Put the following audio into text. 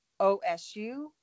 OSU